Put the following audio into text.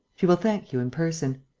she will thank you in person.